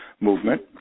movement